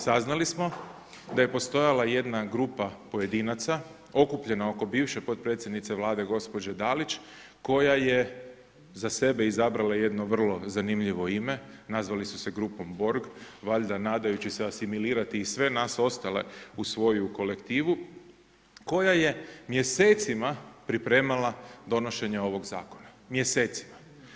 Saznali smo da je postojala jedna grupa pojedinaca okupljena oko bivše potpredsjednice Vlade gospođe Dalić koja je za sebe izabrala jedno vrlo zanimljivo ime, nazvali su se grupom BORG, valjda nadajući se asimilirati i sve nas ostale u svoju kolektivu, koja je mjesecima pripremala donošenje ovog zakona, mjesecima.